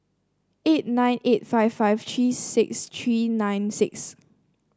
eight nine eight five five three six three nine six